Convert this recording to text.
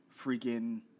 freaking